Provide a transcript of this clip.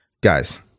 Guys